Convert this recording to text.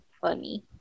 funny